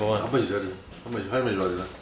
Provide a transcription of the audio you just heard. how much you sell this one how much you buy this one